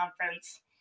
conference